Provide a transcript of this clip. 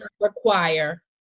require